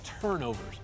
turnovers